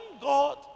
God